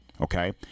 Okay